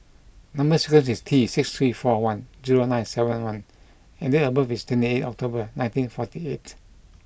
number sequence is T six three four one zero nine seven one and date of birth is twenty eight October nineteen forty eight